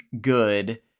good